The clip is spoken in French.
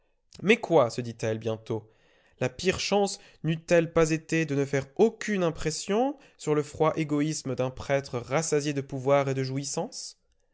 mais quoi se dit-elle bientôt la pire chance n'eût-elle pas été de ne faire aucune impression sur le froid égoïsme d'un prêtre rassasié de pouvoir et de jouissances